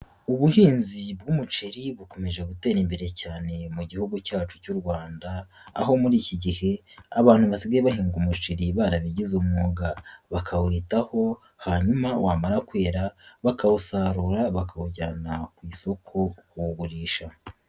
Ubuhinzi bw'umuceri bukomeje gutera imbere cyane mu Gihugu cyacu cy'u Rwanda aho muri iki gihe abantu basigaye bahinga umuceri barabigize umwuga bakawitaho hanyuma wamara kwera bakawusarura, bakawujyana ku isoko kuwugurisha.